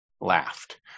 laughed